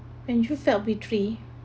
and you felt betray